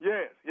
Yes